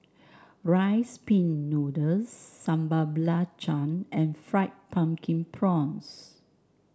Rice Pin Noodles Sambal Belacan and Fried Pumpkin Prawns